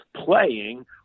playing